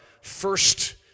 first